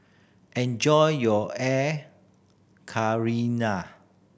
enjoy your air